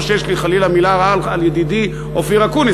לא שיש לי חלילה מילה רעה על ידידי אופיר אקוניס,